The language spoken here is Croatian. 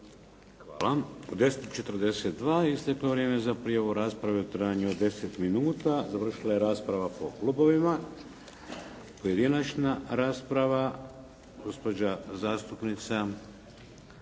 Hvala. U 10,42 isteklo je vrijeme za prijavu rasprave u trajanju od 10 minuta. Završila je rasprava po klubovima. Pojedinačna rasprava. Gospođa zastupnica